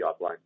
offline